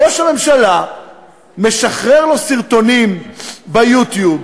ראש הממשלה משחרר לו סרטונים ביוטיוב,